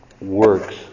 works